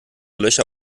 löcher